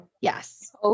yes